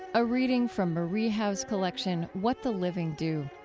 a reading from marie howe's collection what the living do.